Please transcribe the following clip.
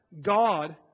God